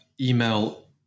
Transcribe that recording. email